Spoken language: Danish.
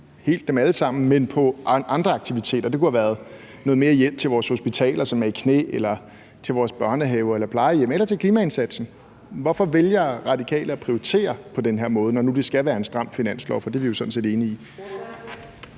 helt dem alle sammen, men alligevel – på andre aktiviteter. Det kunne have været noget mere hjælp til vores hospitaler, som er i knæ, eller til vores børnehaver eller plejehjem eller til klimaindsatsen. Hvorfor vælger Radikale at prioritere på den her måde, når nu det skal være en stram finanslov? For det er vi jo sådan set enige i